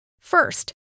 First